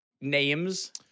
names